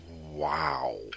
Wow